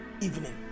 evening